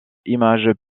image